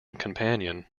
companion